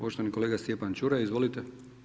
Poštovani kolega Stjepan Čuraj, izvolite.